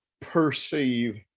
perceive